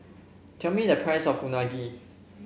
tell me the price of Unagi